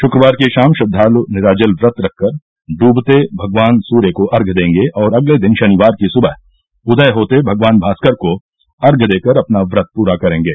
शुक्रवार की शाम श्रद्वालु निराजल व्रत रखकर ड्बते भगवान सूर्य को अर्थ्य देंगे और अगले दिन शनिवार की सुबह उदय होते भगवान भास्कर को अर्ध्य देकर अपना व्रत पूरा करेंगे